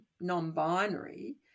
non-binary